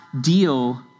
deal